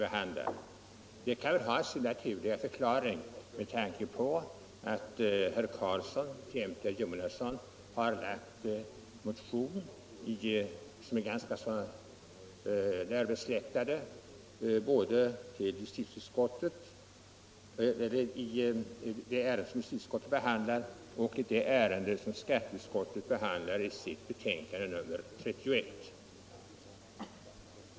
Detta kan ha sin naturliga förklaring med tanke på att herr Carlsson tillsammans med herr Jonasson har väckt en motion som är ganska närbesläktad med både det ärende som justitieutskottet här behandlar och det ärende som skatteutskottet behandlar i sitt betänkande nr 31.